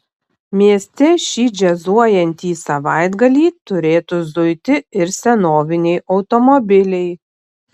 mieste šį džiazuojantį savaitgalį turėtų zuiti ir senoviniai automobiliai